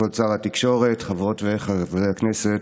כבוד שר התקשורת, חברות וחברי הכנסת,